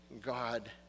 God